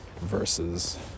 versus